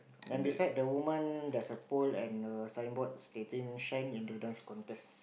then beside the woman there's a pole and a signboard stating shine in the Dance Contest